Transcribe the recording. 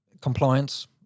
compliance